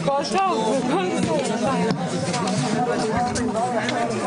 הישיבה נעולה.